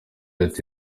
ati